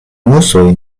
musoj